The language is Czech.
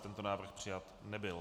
Tento návrh přijat nebyl.